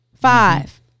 Five